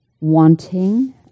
wanting